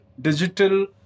digital